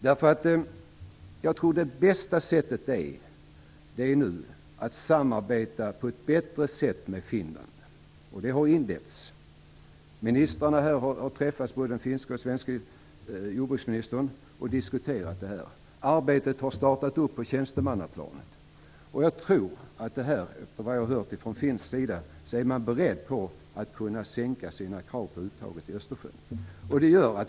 Jag tror att det bästa sättet nu är att samarbeta med Finland, och det samarbetet har inletts. Ministrarna har träffats, den finska och den svenska jordbruksministern har diskuterat det här. Arbetet har startat på tjänstemannaplanet, och efter vad jag har hört är man från Finlands sida beredd att sänka sina krav på uttaget i Östersjön.